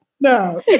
No